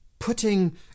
putting